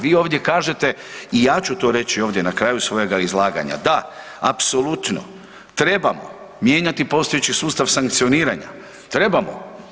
Vi ovdje kažete i ja ću to reći ovdje na kraju svojega izlaganja, da, apsolutno trebamo mijenjati postojeći sustav sankcioniranja, trebamo.